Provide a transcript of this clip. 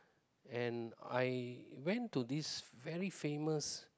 and I went to this very famous